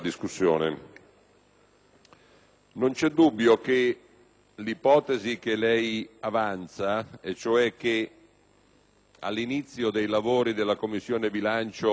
Non vi è dubbio che l'ipotesi da lei avanzata, cioè che all'inizio dei lavori della Commissione bilancio, e in generale del Senato,